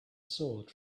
sword